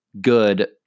good